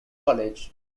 college